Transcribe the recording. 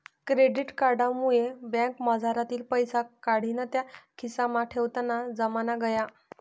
credit card मुये बँकमझारतीन पैसा काढीन त्या खिसामा ठेवताना जमाना गया